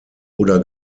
oder